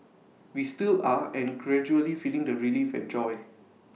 we still are and gradually feeling the relief and joy